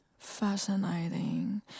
Fascinating